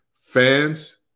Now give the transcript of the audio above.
Fans